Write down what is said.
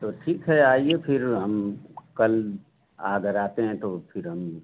तो ठीक है आइए फिर हम कल अगर आते हैं तो फिर हम